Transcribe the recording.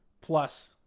plus